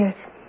Yes